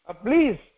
please